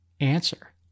answer